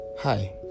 Hi